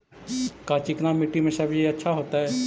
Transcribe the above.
का चिकना मट्टी में सब्जी अच्छा होतै?